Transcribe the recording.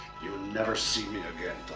you'll never see me again,